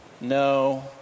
No